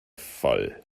voll